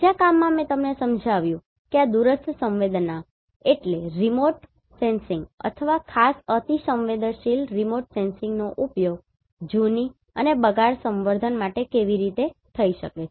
બીજા કામમાં મેં તમને સમજાવ્યું કે આ દૂરસ્થ સંવેદનાઅથવા ખાસ અતિસંવેદનશીલ રીમોટ સેન્સિંગનો ઉપયોગ જૂની અને બગાડ સંવર્ધન માટે કેવી રીતે થઈ શકે